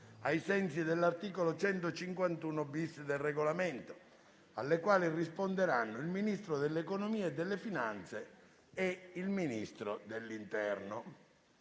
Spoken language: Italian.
ai sensi dell'articolo 151-*bis* del Regolamento, alle quali risponderanno il Ministro dell'economia e delle finanze e il Ministro dell'interno.